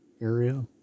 area